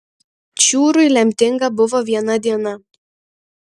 čiūrui lemtinga buvo viena diena